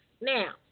Now